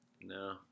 No